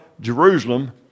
Jerusalem